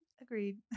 agreed